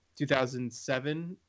2007